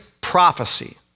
prophecy